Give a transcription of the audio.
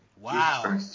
Wow